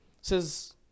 says